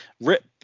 rip